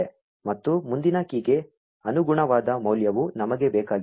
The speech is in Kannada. ಮತ್ತು ಮುಂದಿನ ಕೀ ಗೆ ಅನುಗುಣವಾದ ಮೌಲ್ಯವು ನಮಗೆ ಬೇಕಾಗಿರುವುದು